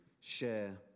share